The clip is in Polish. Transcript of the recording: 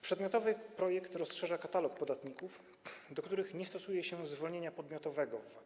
Przedmiotowy projekt rozszerza katalog podatników, w stosunku do których nie stosuje się zwolnienia podmiotowego z VAT.